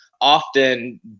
often